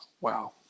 Wow